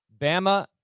Bama